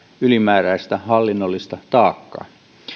ylimääräistä hallinnollista taakkaa